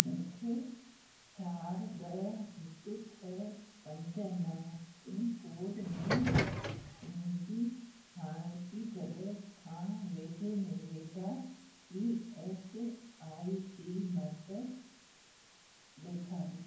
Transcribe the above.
मूंखे चारि ॿ हिकु छह पंज नव पिनकोड में मुंहिंजी हाणोकी जॻह खां वेझे में वेझा ई एस आई सी मर्कज़ ॾेखारियो